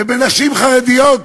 ובנשים חרדיות,